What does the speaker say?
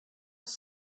was